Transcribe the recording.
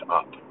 up